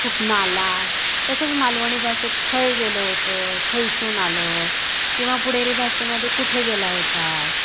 कुठनं आलास तसंच मालवणी भाषेत खय गेलो होतं खैसून आलं किंवा पुणेरी भाषेमध्ये कुठे गेला होतास